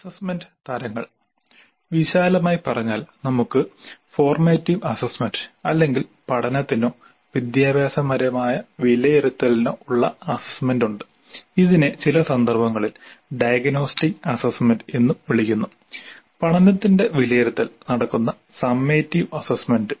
assessment തരങ്ങൾ വിശാലമായി പറഞ്ഞാൽ നമുക്ക് ഫോർമാറ്റീവ് അസസ്മെന്റ് അല്ലെങ്കിൽ പഠനത്തിനോ വിദ്യാഭ്യാസപരമായ വിലയിരുത്തലിനോ അസസ്മെന്റ് ഉണ്ട് ഇതിനെ ചില സന്ദർഭങ്ങളിൽ ഡയഗ്നോസ്റ്റിക് അസസ്മെന്റ് എന്നും വിളിക്കുന്നു പഠനത്തിന്റെ വിലയിരുത്തൽ നടക്കുന്ന സമ്മേറ്റിവ് അസ്സസ്സ്മെന്റ്